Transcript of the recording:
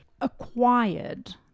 acquired